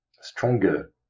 stronger